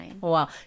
Wow